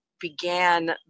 began